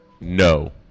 no